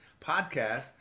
podcast